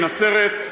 מנצרת,